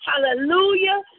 Hallelujah